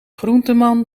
groenteman